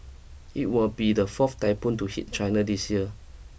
it will be the fourth typhoon to hit China this year